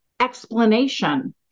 explanation